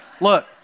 look